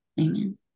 Amen